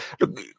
Look